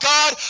God